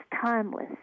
timeless